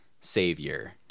savior